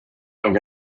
nog